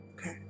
Okay